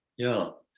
yeah.